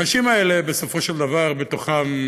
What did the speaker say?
האנשים האלה, בסופו של דבר, בתוכם